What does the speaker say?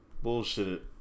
Bullshit